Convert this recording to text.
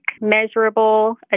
measurable